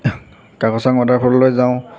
কাকচাং ৱাটাৰফললৈ যাওঁ